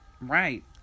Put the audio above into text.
Right